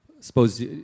suppose